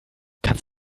kannst